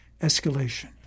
escalation